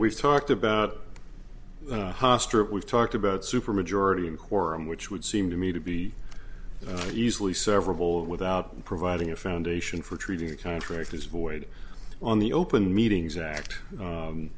we've talked about it we've talked about supermajority in quorum which would seem to me to be easily several without providing a foundation for treating a contract is void on the open meetings act